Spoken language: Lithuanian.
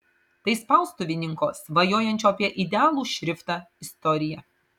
tai spaustuvininko svajojančio apie idealų šriftą istorija